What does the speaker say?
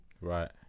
right